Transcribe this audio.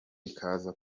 ikaza